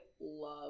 love